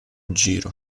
giro